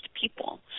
people